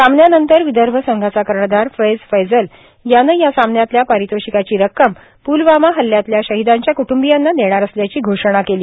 सामन्यानंतर विदर्भ संघाचा कर्णधार फैज फैजल यानं या सामन्यातल्या पारितोषिकाची रक्कम पुलवामा हल्ल्यातल्या शहिदांच्या कुटुंबीयांना देणार असल्याची घोषणा केली